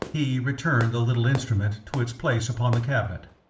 he returned the little instrument to its place upon the cabinet.